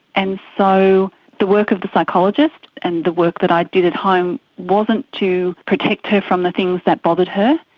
and so the work of the psychologist and the work that i did at home wasn't to protect her from the things that bothered her,